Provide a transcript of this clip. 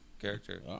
character